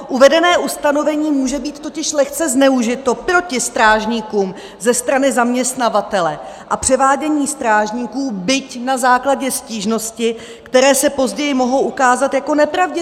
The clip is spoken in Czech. Uvedené ustanovení může být totiž lehce zneužito proti strážníkům ze strany zaměstnavatele a převádění strážníků, byť na základě stížnosti, které se později mohou ukázat jako nepravdivé!